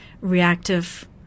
reactive